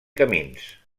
camins